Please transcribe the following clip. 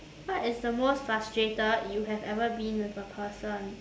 what is the most frustrated you have ever been with a person